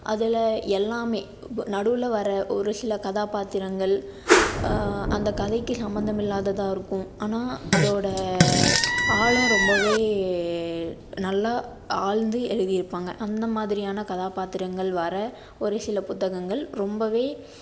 அதில் எல்லாமே நடுவில் வர ஒரு சில கதாபாத்திரங்கள் அந்த கதைக்கு சம்பந்தமில்லாதாக தான் இருக்கும் ஆனால் அதோடய ஆழம் ரொம்பவே நல்லா ஆழ்ந்து எழுதிருப்பாங்க அந்த மாதிரியான கதாபாத்திரங்கள் வர ஒரு சில புத்தகங்கள் ரொம்பவே